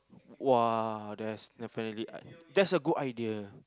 !wah! that's definitely I that's a good idea